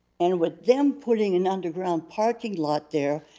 and with them putting an underground parking lot there,